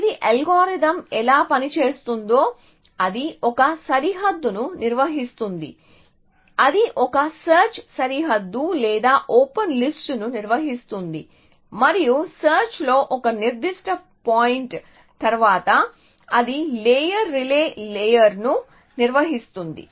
ఇది అల్గోరిథం ఎలా పనిచేస్తుందో అది ఒక సరిహద్దును నిర్వహిస్తుంది అది ఒక సెర్చ్ సరిహద్దు లేదా ఓపెన్ లిస్ట్ ను నిర్వహిస్తుంది మరియు సెర్చ్ లో ఒక నిర్దిష్ట పాయింట్ తర్వాత అది లేయర్ రిలే లేయర్ ను నిర్వహిస్తుంది